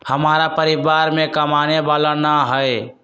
हमरा परिवार में कमाने वाला ना है?